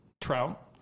trout